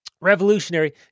revolutionary